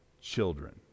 children